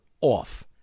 off